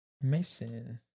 Mason